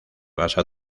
basa